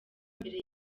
mbere